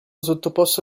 sottoposto